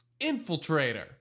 Infiltrator